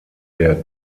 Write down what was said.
der